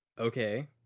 Okay